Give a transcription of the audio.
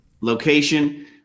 Location